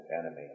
enemy